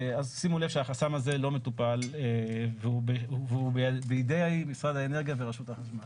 אז שימו לב שהחסם הזה לא מטופל והוא בידי משרד האנרגיה ורשות החשמל.